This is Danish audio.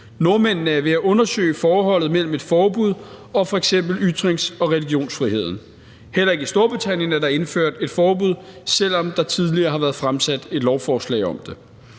Nordmændene er ved at undersøge forholdet mellem et forbud og f.eks. ytrings- og religionsfriheden. Heller ikke i Storbritannien er der indført et forbud, selv om der tidligere har været fremsat et lovforslag om det.